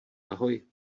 ahoj